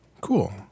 Cool